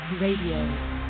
Radio